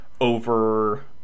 over